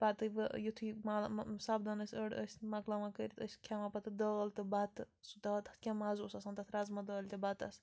پَتہٕ وۄنۍ یُتھٕے مالہٕ سَپدان ٲسۍ أڑ ٲسۍ مَکلاوان کٔرِتھ ٲسۍ کھٮ۪وان پَتہٕ دال تہٕ بَتہٕ سُہ دال تَتھ کیٛاہ مَزٕ اوس آسان تَتھ رازما دالہِ تہِ بَتَس